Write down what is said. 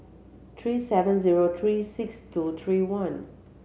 three seven zero three six two three one